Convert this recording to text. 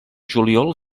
juliol